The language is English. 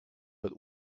but